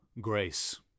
grace